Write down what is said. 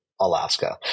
alaska